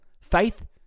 faith